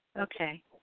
Okay